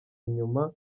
inyuma